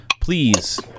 please